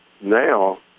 now